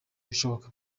ibishoboka